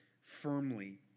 firmly